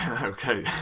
Okay